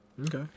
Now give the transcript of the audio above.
Okay